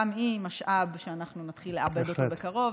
גם היא משאב שאנחנו נתחיל לעבד אותו בקרוב,